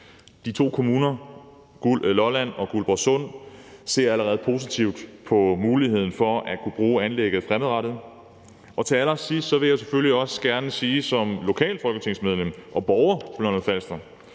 De to kommuner, Lolland og Guldborgsund, ser allerede positivt på muligheden for at kunne bruge anlægget fremadrettet. Til allersidst vil jeg selvfølgelig også gerne som lokalt folketingsmedlem og borger på Lolland-Falster